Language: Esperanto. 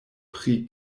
pri